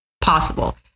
possible